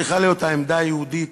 הוא בכלל לא יודע שיש מצווה כזאת,